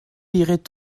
irait